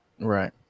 right